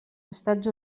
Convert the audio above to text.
estats